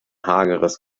hageres